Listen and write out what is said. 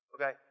Okay